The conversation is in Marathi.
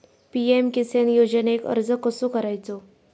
पी.एम किसान योजनेक अर्ज कसो करायचो?